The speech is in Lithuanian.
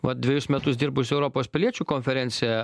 va dvejus metus dirbusi europos piliečių konferencija